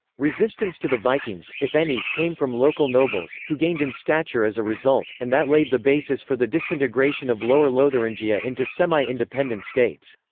resistance to the vikings, if any, came from local nobles, who gained in stature as a result, and that laid the basis for the disintegration of lower lotharingia into semi-independent states.